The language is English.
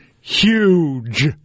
Huge